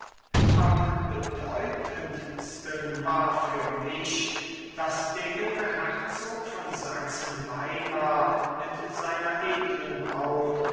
am bedeutendsten war für mich daß der junge herzog von sachsen-weimar mit seiner edlen braut